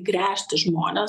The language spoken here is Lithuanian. gręžti žmones